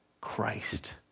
Christ